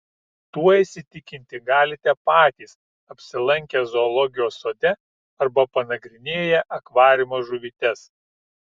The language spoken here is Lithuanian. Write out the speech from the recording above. tuo įsitikinti galite patys apsilankę zoologijos sode arba panagrinėję akvariumo žuvytes